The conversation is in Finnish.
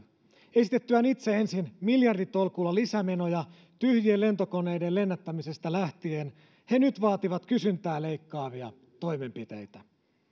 esitettyään itse ensin miljarditolkulla lisämenoja tyhjien lentokoneiden lennättämisestä lähtien he nyt vaativat kysyntää leikkaavia toimenpiteitä